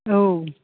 औ